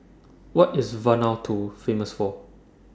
What IS Vanuatu Famous For